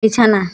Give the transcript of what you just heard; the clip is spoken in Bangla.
বিছানা